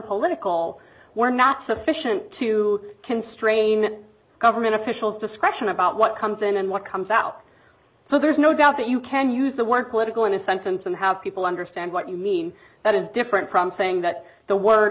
political were not sufficient to constrain government official discretion about what comes in and what comes out so there's no doubt that you can use the word political in a sentence and how people understand what you mean that is different from saying that the word